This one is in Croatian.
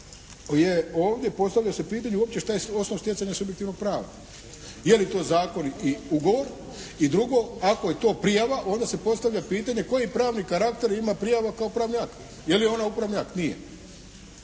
je ovdje postavlja se pitanje šta je osnov stjecanja subjektivnog prava, je li to zakon i ugovor, i drugo ako je to prijava onda se postavlja pitanja koji pravni karakter ima prijava kao pravni akt. Je li ona upravni akt? Nije.